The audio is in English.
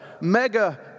mega